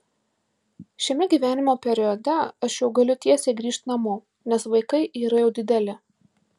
šiame gyvenimo periode aš jau galiu tiesiai grįžt namo nes vaikai yra jau dideli